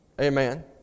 Amen